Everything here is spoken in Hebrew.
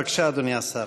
בבקשה, אדוני השר.